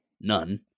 none